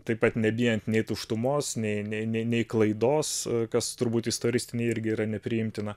taip pat nebijant nei tuštumos nei nei nei nei klaidos kas turbūt istoristinei irgi yra nepriimtina